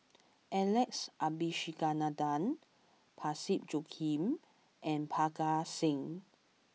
Alex Abisheganaden Parsick Joaquim and Parga Singh